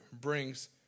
brings